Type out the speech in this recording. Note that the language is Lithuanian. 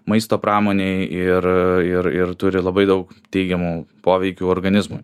maisto pramonėj ir ir ir turi labai daug teigiamų poveikių organizmui